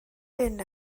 hyn